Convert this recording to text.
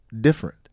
different